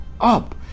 up